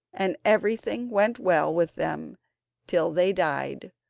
and everything went well with them till they died,